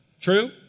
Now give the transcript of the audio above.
True